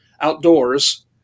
outdoors